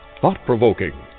thought-provoking